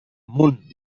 munt